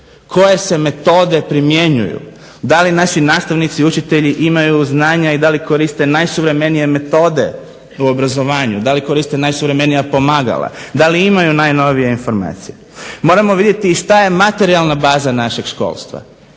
koje se metode primjenjuju, da li naši nastavnici i učitelji imaju znanja i da li koriste najsuvremenije metode u obrazovanju, da li koriste najsuvremenija pomagala, da li imaju najnovije informacije. Moramo vidjeti i što je materijalna baza našeg školstva.